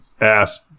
ass